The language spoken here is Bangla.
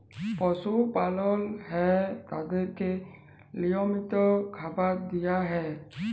পশু পালল হ্যয় তাদেরকে লিয়মিত খাবার দিয়া হ্যয়